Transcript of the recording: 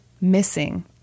missing